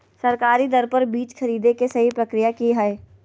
सरकारी दर पर बीज खरीदें के सही प्रक्रिया की हय?